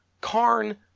karn